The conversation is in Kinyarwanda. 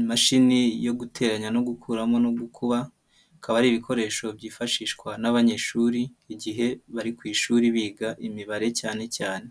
imashini yo guteranya no gukuramo no gukuba, akaba ari ibikoresho byifashishwa n'abanyeshuri igihe bari ku ishuri biga imibare cyane cyane.